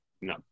No